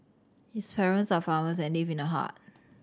his parents are farmers and live in a hut